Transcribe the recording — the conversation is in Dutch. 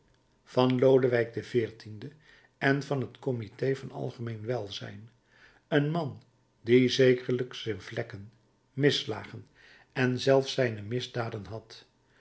van lodewijk xiv en van het comité van algemeen welzijn een man die zekerlijk zijn vlekken misslagen en zelfs zijne misdaden had